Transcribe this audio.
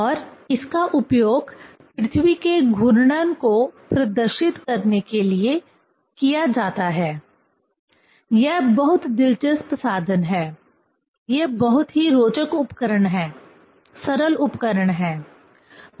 और इसका उपयोग पृथ्वी के घूर्णन को प्रदर्शित करने के लिए किया जाता है यह बहुत दिलचस्प साधन है ये बहुत ही रोचक उपकरण हैं सरल उपकरण हैं